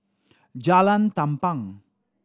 Jalan Tampang